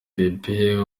pepe